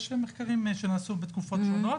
יש מחקרים שנעשו בתקופות שונות,